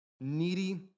needy